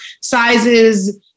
sizes